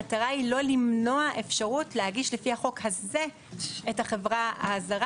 המטרה היא לא למנוע אפשרות להגיש לפי החוק הזה את החברה הזרה,